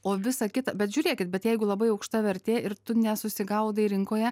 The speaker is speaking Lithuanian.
o visa kita bet žiūrėkit bet jeigu labai aukšta vertė ir tu nesusigaudai rinkoje